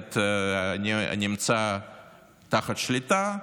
האינטרנט נמצא תחת שליטה,